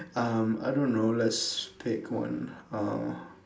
um I don't know let's pick one uh